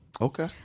Okay